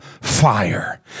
fire